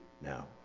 now